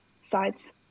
sides